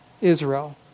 Israel